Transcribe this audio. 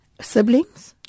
Siblings